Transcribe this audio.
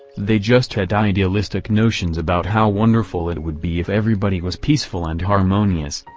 they just had idealistic notions about how wonderful it would be if everybody was peaceful and harmonious,